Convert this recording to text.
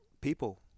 people